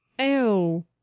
Ew